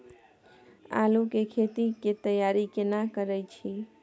आलू के खेती के तैयारी केना करै छै?